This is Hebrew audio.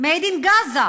made in Gaza.